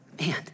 man